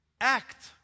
act